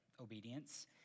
obedience